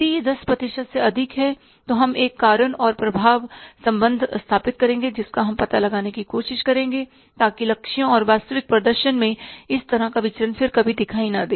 यदि यह 10 प्रतिशत से अधिक है तो हम एक कारण और प्रभाव संबंध स्थापित करेंगे जिसका हम पता लगाने की कोशिश करेंगे ताकि लक्ष्यों और वास्तविक प्रदर्शन में इस तरह का विचरन फिर कभी दिखाई न दे